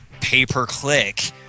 pay-per-click